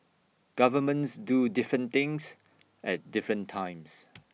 governments do different things at different times